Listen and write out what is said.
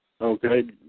Okay